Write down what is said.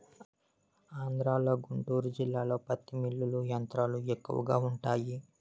ఆంధ్రలో గుంటూరు జిల్లాలో పత్తి మిల్లులు యంత్రాలు ఎక్కువగా వుంటాయి